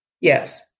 Yes